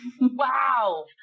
Wow